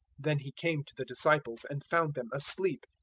then he came to the disciples and found them asleep,